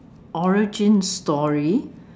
origin story